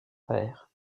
père